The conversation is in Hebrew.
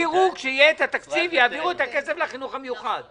כשיהיה התקציב, יעבירו את הכסף לחינוך המיוחד.